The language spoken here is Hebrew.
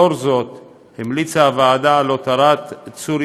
לאור זאת המליצה הוועדה על הותרת צור